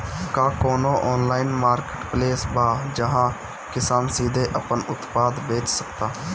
का कोनो online marketplace बा जहां किसान सीधे अपन उत्पाद बेच सकता?